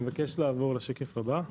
אני מבקש לעבור לשקף הבא: